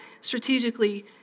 strategically